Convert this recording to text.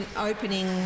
opening